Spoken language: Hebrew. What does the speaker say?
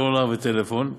סלולר וטלפון,